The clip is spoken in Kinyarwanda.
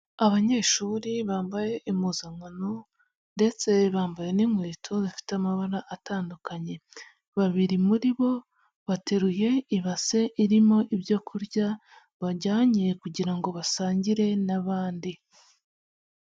Abanyeshuri bambaye impuzankano ndetse bambaye n'inkweto zifite amabara atandukanye, babiri muri bo bateruye ibase irimo ibyo kurya bajyanye kugira ngo basangire n'abandi.